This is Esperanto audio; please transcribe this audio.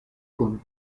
kun